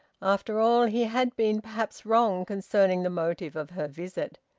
after all, he had been perhaps wrong concerning the motive of her visit.